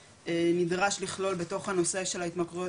שנדרש לכלול בתוך הנושא של ההתמכרויות,